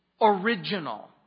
original